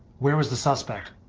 where was the suspect?